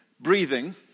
breathing